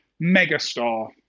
Megastar